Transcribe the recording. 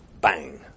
bang